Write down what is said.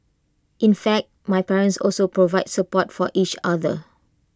in fact my parents also provide support for each other